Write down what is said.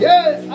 Yes